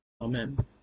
amen